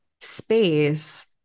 space